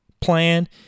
plan